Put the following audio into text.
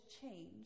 change